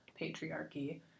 patriarchy